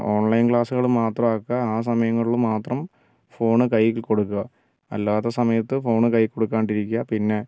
online ക്ലാസുകൾ മാത്രമാക്കുക ആ സമയങ്ങളിൽ മാത്രം ഫോണ് കൈയ്യിൽ കൊടുക്കുക അല്ലാത്ത സമയത്ത് ഫോണ് കൈയ്യിൽ കൊടുക്കാണ്ടിരിക്കുക പിന്നെ